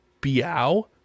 Biao